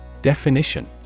Definition